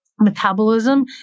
Metabolism